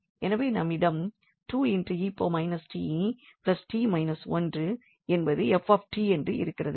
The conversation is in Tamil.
எனவே நம்மிடம் 2𝑒−𝑡 𝑡 − 1 என்பது 𝑓𝑡 என்று இருக்கிறது